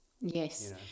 Yes